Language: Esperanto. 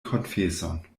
konfeson